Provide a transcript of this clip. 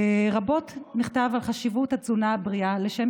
רבות נכתב על חשיבות התזונה הבריאה לשם